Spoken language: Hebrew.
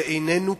זה איננו כך.